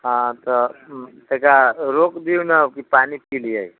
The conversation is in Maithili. हाँ तऽ तनिका रोकि दियौ ने कि पानि पी लियै